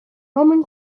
roman